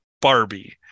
Barbie